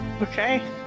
Okay